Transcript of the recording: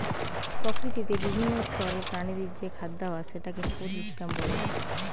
প্রকৃতিতে বিভিন্ন স্তরের প্রাণীদের যে খাদ্যাভাস সেটাকে ফুড সিস্টেম বলে